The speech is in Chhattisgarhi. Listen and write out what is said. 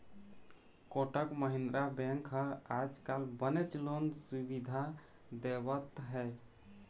कोटक महिंद्रा बेंक ह आजकाल बनेच लोन सुबिधा देवत हे